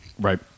right